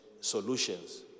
solutions